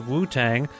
Wu-Tang